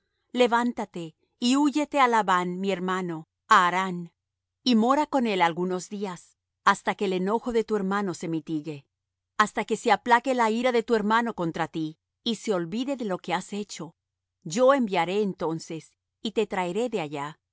levántate y húyete á labán mi hermano á harán y mora con él algunos días hasta que el enojo de tu hermano se mitigue hasta que se aplaque la ira de tu hermano contra ti y se olvide de lo que le has hecho yo enviaré entonces y te traeré de allá